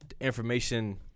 information